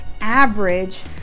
average